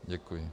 Děkuji.